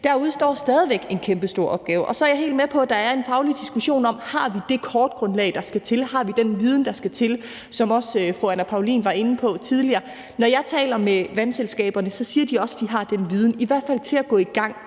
Der udestår stadig væk en kæmpestor opgave. Så er jeg helt med på, at der er en faglig diskussion om, om vi har det kortgrundlag, der skal til, og om vi har den viden, der skal til, som også fru Anne Paulin var inde på tidligere. Når jeg taler med vandselskaberne, siger de, at de har den viden, i hvert fald til at gå i gang.